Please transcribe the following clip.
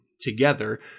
together